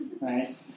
right